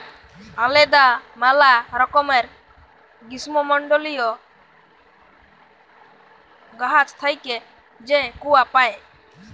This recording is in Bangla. আলেদা ম্যালা রকমের গীষ্মমল্ডলীয় গাহাচ থ্যাইকে যে কূয়া পাই